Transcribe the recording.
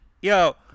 Yo